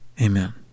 Amen